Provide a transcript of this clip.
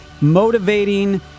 motivating